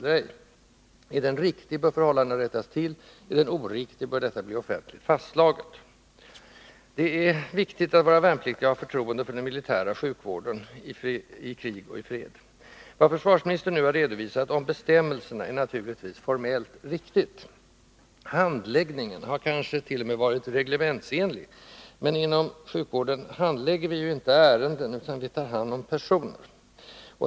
Är den riktig, bör förhållandena rättas till. Är den oriktig, bör detta bli offentligt fastslaget. Det är viktigt att våra värnpliktiga har förtroende för den militära sjukvården, i krig och i fred. Vad försvarsministern nu har redovisat om bestämmelserna är naturligtvis formellt riktigt. ”Handläggningen” har kansket.o.m. varit ”reglementsenlig” — men inom sjukvården handlägger vi inte ärenden, utan vi tar hand om personer.